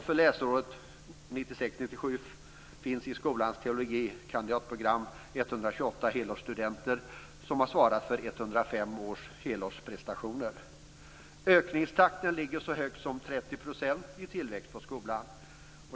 För läsåret 128 helårsstudenter, som har svarat för 105 helårsprestationer. Ökningstakten ligger så högt som 30 % i tillväxt på skolan.